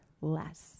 less